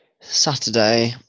Saturday